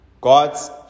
God's